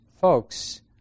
folks